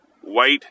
white